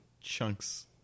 Chunks